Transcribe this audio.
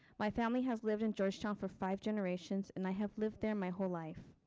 my family has lived in georgetown for five generations and i have lived there my whole life.